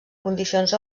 condicions